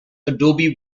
adobe